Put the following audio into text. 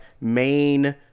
main